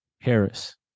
Harris